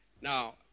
Now